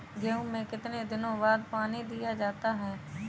गेहूँ में कितने दिनों बाद पानी दिया जाता है?